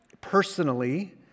personally